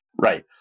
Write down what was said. Right